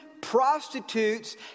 prostitutes